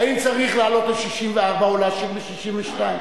האם צריך להעלות ל-64 או להשאיר ב-62.